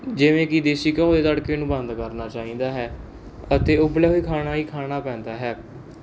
ਜਿਵੇਂ ਕਿ ਦੇਸੀ ਘਿਓ ਦੇ ਤੜਕੇ ਨੂੰ ਬੰਦ ਕਰਨਾ ਚਾਹੀਦਾ ਹੈ ਅਤੇ ਉਬਲਿਆ ਹੋਇਆ ਖਾਣਾ ਹੀ ਖਾਣਾ ਪੈਂਦਾ ਹੈ